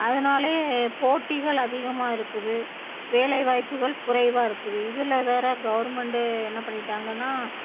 அதனாலே போட்டிகள் அதிகமாக இருக்குது வேலைவாய்ப்புகள் குறைவாக இருக்குது இதில் வேற கவர்மெண்ட்டு என்ன பண்ணிட்டாங்கன்னா